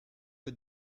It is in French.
que